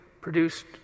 produced